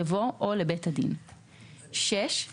יבוא "או לבית הדין"; אני